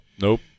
Nope